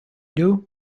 doo